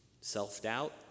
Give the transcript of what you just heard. self-doubt